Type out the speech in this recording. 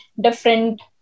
different